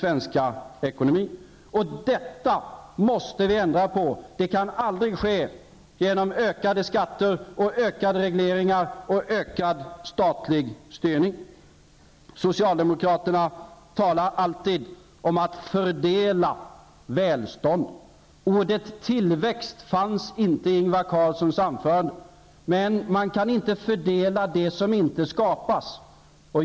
Detta måste vi ändra på! Det kan aldrig ske med hjälp av ökade skatter, regleringar och statlig styrning. Socialdemokraterna talar alltid om att fördela välstånd. Ordet tillväxt fanns inte i Ingvar Carlssons anförande. Men man kan inte fördela det som inte skapas.